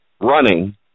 running